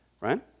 right